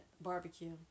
barbecue